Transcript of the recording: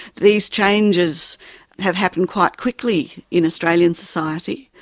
these changes have happened quite quickly in australian society,